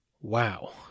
Wow